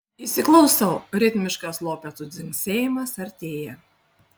įsiklausau ritmiškas lopetų dzingsėjimas artėja